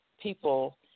people